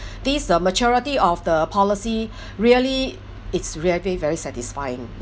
these uh majority of the policy really it's really very satisfying